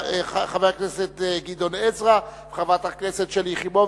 חבר הכנסת גדעון עזרא וחברת הכנסת שלי יחימוביץ,